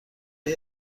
های